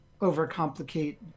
overcomplicate